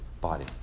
body